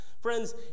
Friends